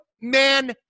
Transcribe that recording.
man